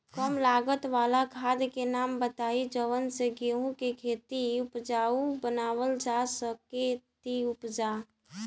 कम लागत वाला खाद के नाम बताई जवना से गेहूं के खेती उपजाऊ बनावल जा सके ती उपजा?